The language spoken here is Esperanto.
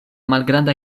malgranda